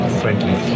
friendly